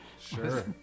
Sure